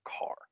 car